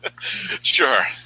Sure